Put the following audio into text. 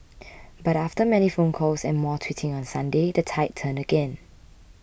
but after many phone calls and more tweeting on Sunday the tide turned again